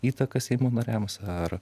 įtaką seimo nariams ar